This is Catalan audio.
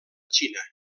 xina